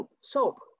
soap